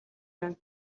байна